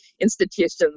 institutions